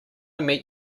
meet